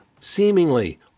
seemingly